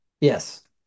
yes